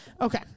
Okay